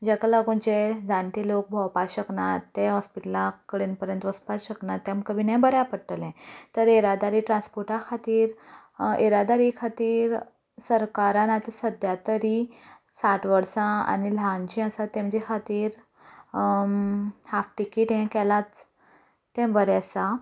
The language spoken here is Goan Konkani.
जाका लागून जे जाणटे लोक भोंवपाक शकना ते हॉस्पिटला कडेन पर्यंत वचपाक शकना तेमकां बी हें बऱ्याक पडटलें तर येरादारी ट्रांसपोर्टा खातीर येरादारी खातीर सराकरान आतां सद्या तरी साठ वर्सां आनी ल्हान जीं आसा तेमच्या खातीर हाफ टिकेट हें केलांच तें बरें आसा